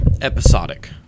episodic